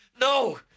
No